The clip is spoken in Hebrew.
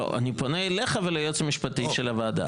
לא, אני פונה אליך ולייעוץ המשפטי של הוועדה.